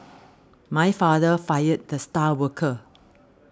my father fired the star worker